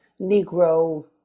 Negro